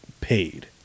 paid